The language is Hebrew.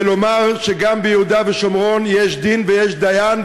לומר שגם ביהודה ושומרון יש דין ויש דיין,